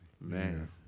Man